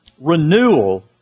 Renewal